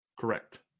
Correct